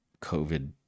COVID